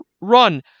run